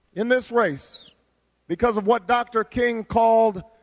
in this race because of what dr. king called.